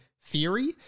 theory